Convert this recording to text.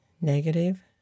negative